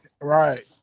right